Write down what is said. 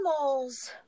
Animals